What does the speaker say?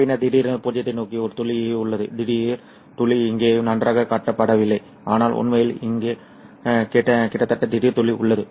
பின்னர் திடீரென்று பூஜ்ஜியத்தை நோக்கி ஒரு துளி உள்ளது திடீர் துளி இங்கே நன்றாக காட்டப்படவில்லை ஆனால் உண்மையில் அங்கே கிட்டத்தட்ட திடீர் துளி உள்ளது